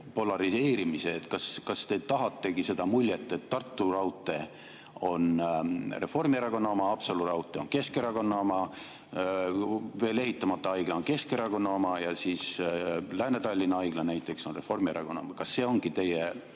polariseerumise. Kas te tahategi seda muljet, et Tartu raudtee on Reformierakonna oma, Haapsalu raudtee on Keskerakonna oma, veel ehitamata haigla on Keskerakonna oma ja Lääne-Tallinna haigla on näiteks Reformierakonna oma? Kas see ongi kogu